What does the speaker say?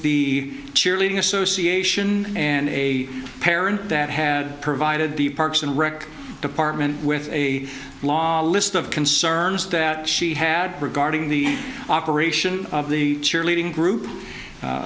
the cheerleading association and a parent that had provided the parks and rec department with a long list of concerns that she had regarding the operation of the cheerleading group a